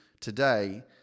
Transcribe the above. today